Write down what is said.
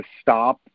stop